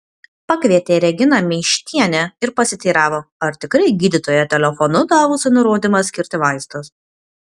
pakvietė reginą meištienę ir pasiteiravo ar tikrai gydytoja telefonu davusi nurodymą skirti vaistus